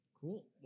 Cool